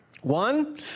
one